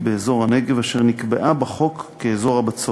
באזור הנגב אשר נקבעה בחוק כאזור הבצורת.